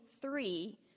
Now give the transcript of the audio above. three